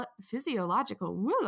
physiological